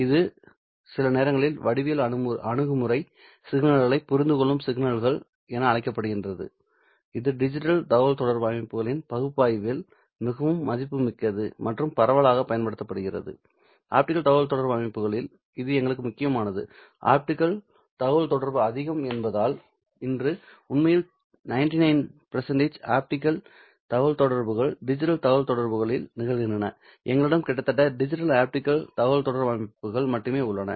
இது சில நேரங்களில் வடிவியல் அணுகுமுறை சிக்னல்களைப் புரிந்துகொள்ளும் சிக்னல்கள் என அழைக்கப்படுகிறது இது டிஜிட்டல் தகவல்தொடர்பு அமைப்புகளின் பகுப்பாய்வில் மிகவும் மதிப்புமிக்கது மற்றும் பரவலாகப் பயன்படுத்தப்படுகிறது ஆப்டிகல் தகவல்தொடர்பு அமைப்புகளில் இது எங்களுக்கு முக்கியமானது ஆப்டிகல் தகவல்தொடர்பு அதிகம் என்பதால் இன்று உண்மையில் 99ஆப்டிகல் தகவல்தொடர்புகள் டிஜிட்டல் தகவல்தொடர்புகளில் நிகழ்கின்றன எங்களிடம் கிட்டத்தட்ட டிஜிட்டல் ஆப்டிகல் தகவல்தொடர்பு அமைப்புகள் மட்டுமே உள்ளன